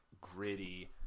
gritty